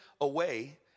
away